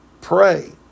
pray